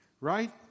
Right